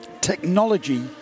Technology